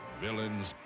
villains